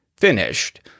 finished